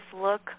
look